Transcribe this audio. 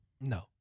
No